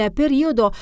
periodo